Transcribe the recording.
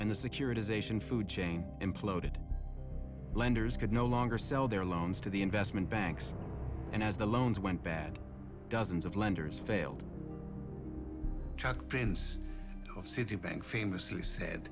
and the securitization food chain imploded lenders could no longer sell their loans to the investment banks and as the loans went bad dozens of lenders failed chuck prince of citibank famously said